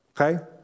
okay